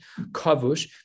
kavush